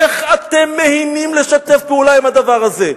איך אתם מהינים לשתף פעולה עם הדבר הזה?